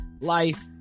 life